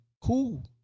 Cool